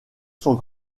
sont